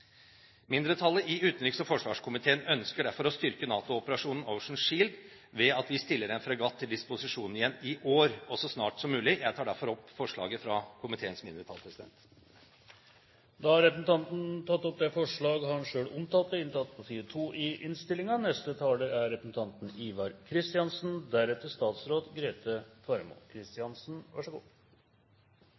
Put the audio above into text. Mindretallet i utenriks- og forsvarskomiteen ønsker derfor å styrke NATO-operasjonen Ocean Shield ved at vi stiller en fregatt til disposisjon igjen i år, og så snart som mulig. Jeg tar derfor opp forslaget fra komiteens mindretall. Representanten Peter N. Myhre har tatt opp det forslaget han refererte til. Foregående taler beskrev problemets omfang, som øker i